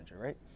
right